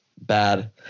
bad